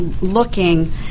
looking